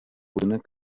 budynek